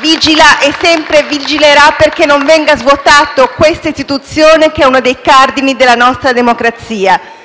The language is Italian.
vigila e sempre vigilerà perché non venga svuotata questa istituzione, che è uno dei cardini della nostra democrazia.